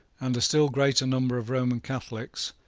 and a still greater number of roman catholics,